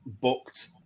booked